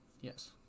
yes